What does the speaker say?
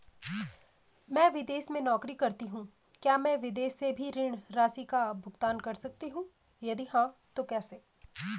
मैं विदेश में नौकरी करतीं हूँ क्या मैं विदेश से भी ऋण राशि का भुगतान कर सकती हूँ यदि हाँ तो कैसे?